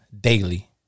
daily